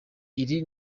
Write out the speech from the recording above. iri